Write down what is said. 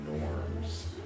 norms